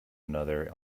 another